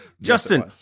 Justin